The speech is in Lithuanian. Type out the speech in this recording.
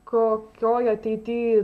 kokioj ateity